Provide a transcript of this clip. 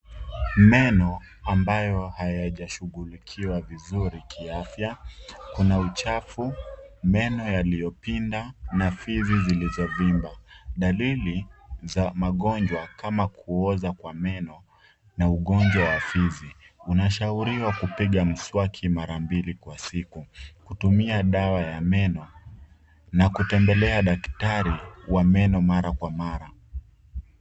Meno ambayo hayajashughulikiwa vizuri kiafya, iko na uchafu, meno yaliyopinda na fizi zilizovimba. Dalili za magonjwa kama kuoza kwa meno na ugonjwa wa fizi. Unashauriwa kupiga mswaki mara mbili kwa siku, kutumia dawa ya meno na kutembelea daktari wa meno mara kwa mara.